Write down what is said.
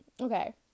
okay